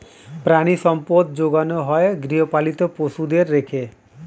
প্রাণিসম্পদ যোগানো হয় গৃহপালিত পশুদের রেখে